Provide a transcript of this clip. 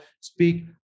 speak